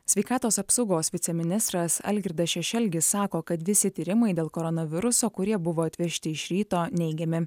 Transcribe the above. sveikatos apsaugos viceministras algirdas šešelgis sako kad visi tyrimai dėl koronaviruso kurie buvo atvežti iš ryto neigiami